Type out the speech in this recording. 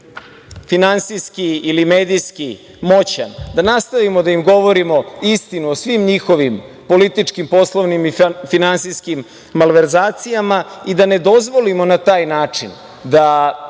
finansijski ili medijski moćan, govorimo istinu o svim njihovim političkim, poslovnim i finansijskim malverzacijama i da ne dozvolimo na taj način da